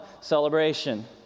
celebration